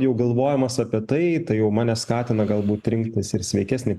jau galvojimas apie tai tai jau mane skatina galbūt rinktis ir sveikesnį